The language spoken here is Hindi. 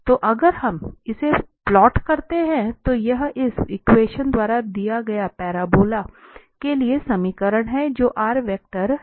तो अगर हम इसे प्लॉट करते हैं तो यह इस एक्वेशन द्वारा दिए गए पैराबोला के लिए समीकरण है जो वेक्टर r है